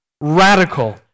radical